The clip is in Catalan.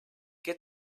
què